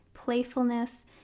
playfulness